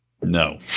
no